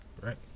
Right